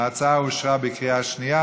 ההצעה אושרה בקריאה שנייה.